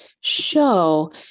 show